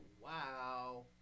Wow